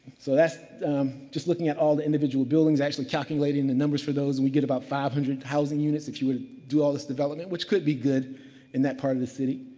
so, that's just looking at all the individual buildings actually calculating the numbers for those, and we get about five hundred housing units, if you will do all this development. which could be good in that part of the city.